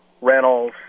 rentals